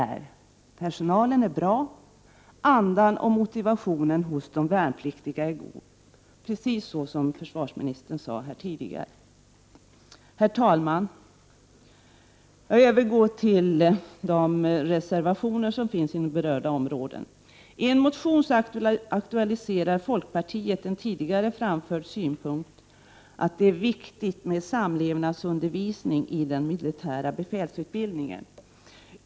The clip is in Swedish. Personalen är bra. Andan och motivationen hos de värnpliktiga är god — som försvarsministern här tidigare sade. Herr talman! Jag övergår nu till att behandla de reservationer som gäller det berörda området. I en motion aktualiserar folkpartiet en tidigare framförd synpunkt om att det är viktigt med samlevnadsundervisning i den militära befälsutbildningen.